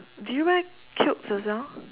do you wear kilts as well